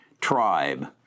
tribe